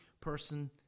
person